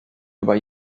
über